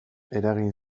eragin